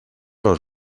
los